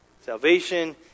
Salvation